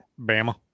Bama